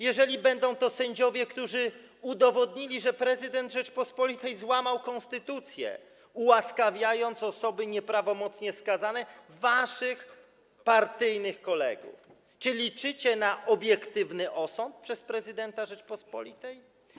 Jeżeli będą to sędziowie, którzy udowodnili, że prezydent Rzeczypospolitej złamał konstytucję, ułaskawiając osoby nieprawomocnie skazane, waszych partyjnych kolegów, czy liczycie na obiektywny osąd przez prezydenta Rzeczypospolitej?